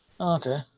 Okay